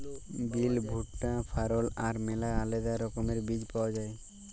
বিল, ভুট্টা, ফারল আর ম্যালা আলেদা রকমের বীজ পাউয়া যায়